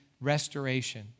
restoration